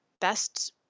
best